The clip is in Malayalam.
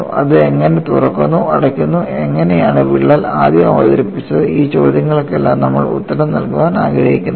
അത് എങ്ങനെ തുറക്കുന്നു അടയ്ക്കുന്നു എങ്ങനെയാണ് വിള്ളൽ ആദ്യം അവതരിപ്പിച്ചത് ഈ ചോദ്യങ്ങൾക്കെല്ലാം നമ്മൾ ഉത്തരം നൽകാൻ ആഗ്രഹിക്കുന്നില്ല